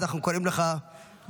אנחנו קוראים לך לדוכן.